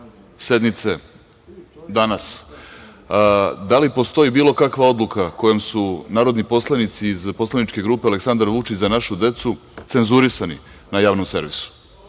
sednice danas – da li postoji bilo kakva odluka kojom su narodni poslanici iz Poslaničke grupe Aleksandar Vučić – Za našu decu cenzurisani na Javnom servisu?